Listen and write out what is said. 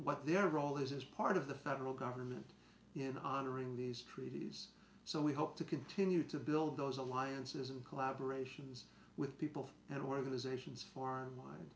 what their role is as part of the federal government in honoring these treaties so we hope to continue to build those alliances and collaboration's with people and organizations for